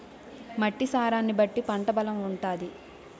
మట్టి సారాన్ని బట్టి పంట బలం ఉంటాది